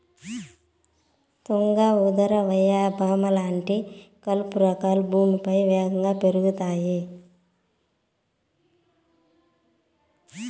తుంగ, ఉదర, వయ్యారి భామ లాంటి కలుపు రకాలు భూమిపైన వేగంగా పెరుగుతాయి